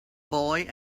boy